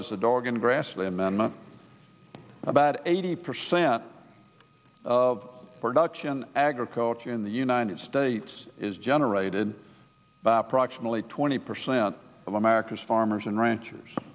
as the dog and grassley amendment about eighty percent of production agriculture in the united states is generated by approximately twenty percent of america's farmers and ranchers